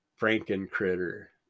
Franken-Critter